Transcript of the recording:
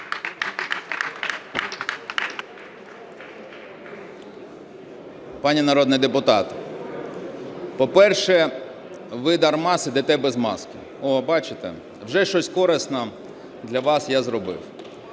Пані народний депутат, по-перше, ви дарма сидите без маски. О, бачите, вже щось корисне для вас я зробив.